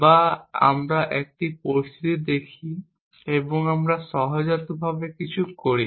বা আমরা একটি পরিস্থিতি দেখি এবং আমরা সহজাতভাবে কিছু করি